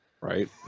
Right